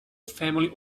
family